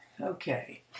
Okay